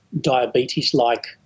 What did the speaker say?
diabetes-like